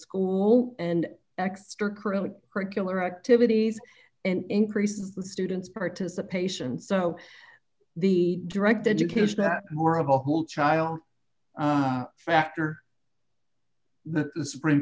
school and extra current particular activities and increases the student's participation so the direct education more of a whole child factor the supreme